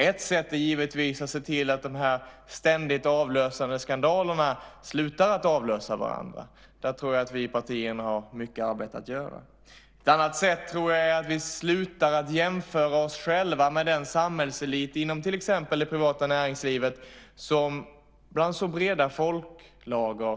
Ett sätt är givetvis att se till att de ständigt avlösande skandalerna slutar att avlösa varandra. Där tror jag att vi i partierna har mycket arbete att göra. Ett annat sätt är att vi slutar jämföra oss själva med den samhällselit inom till exempel det privata näringslivet som är föraktat bland så breda folklager.